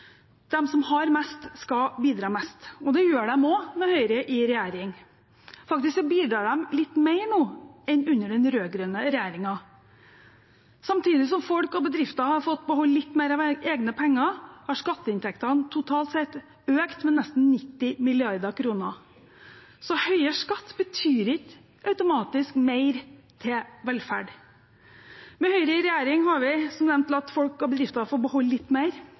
som har mest, skal bidra mest. Det gjør de også med Høyre i regjering. Faktisk bidrar de litt mer nå enn under den rød-grønne regjeringen. Samtidig som folk og bedrifter har fått beholde litt mer av egne penger, har skatteinntektene totalt sett økt med nesten 90 mrd. kr. Så høyere skatt betyr ikke automatisk mer til velferd. Med Høyre i regjering har vi som sagt latt folk og bedrifter få beholde litt mer